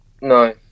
No